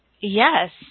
Yes